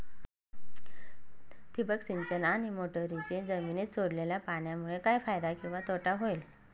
ठिबक सिंचन आणि मोटरीने जमिनीत सोडलेल्या पाण्यामुळे काय फायदा किंवा तोटा होईल?